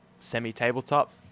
semi-tabletop